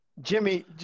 jimmy